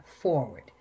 forward